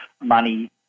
money